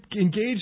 engaged